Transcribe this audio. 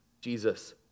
Jesus